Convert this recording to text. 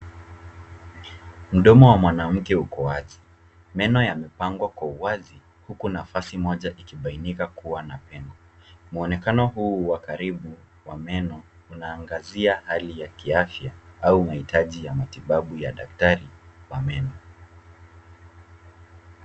Mdomo wa mwanamke uko wazi. Meno yamepangwa kwa uwazi huku nafasi moja ikibainika kuwa na pengo. Muonekano huu wa karibu wa meno unaangazia hali ya kiafya au mahitaji ya matibabu ya daktari wa meno.